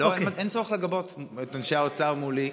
אין צורך לגבות את אנשי האוצר מולי.